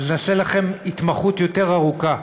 נעשה לכם התמחות יותר ארוכה,